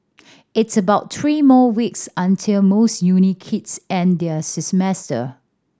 it's about three more weeks until most uni kids end their semester